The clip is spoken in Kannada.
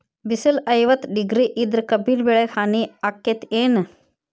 ಬಿಸಿಲ ಐವತ್ತ ಡಿಗ್ರಿ ಇದ್ರ ಕಬ್ಬಿನ ಬೆಳಿಗೆ ಹಾನಿ ಆಕೆತ್ತಿ ಏನ್?